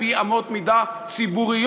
על-פי אמות מידה ציבוריות,